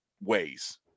ways